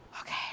okay